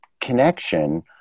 connection